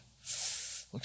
looks